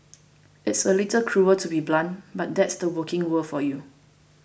it's a little cruel to be blunt but that's the working world for you